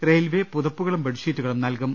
railway പുതുപ്പുകളും ബെഡ്ഷീറ്റുകളും നൽകും